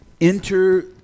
enter